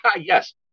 Yes